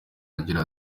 agira